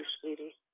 sweetie